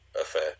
affair